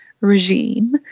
regime